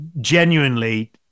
genuinely